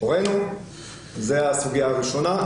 זה הסוגיה הראשונה.